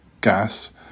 gas